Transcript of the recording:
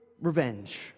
revenge